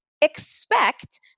expect